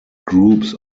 groups